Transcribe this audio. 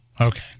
Okay